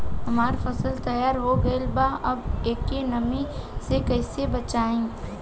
हमार फसल तैयार हो गएल बा अब ओके नमी से कइसे बचाई?